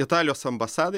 italijos ambasadai